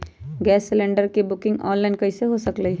Gas cylinder के booking online कईसे हो सकलई ह?